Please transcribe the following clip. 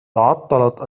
تعطلت